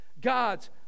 God's